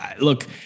Look